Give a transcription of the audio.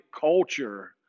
culture